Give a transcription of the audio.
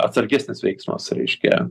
atsargesnis veiksmas reiškia